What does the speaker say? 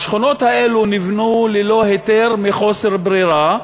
השכונות האלו נבנו ללא היתר מחוסר ברירה,